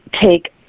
take